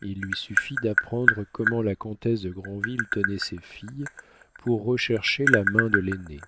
il lui suffit d'apprendre comment la comtesse de granville tenait ses filles pour rechercher la main de l'aînée